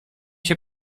się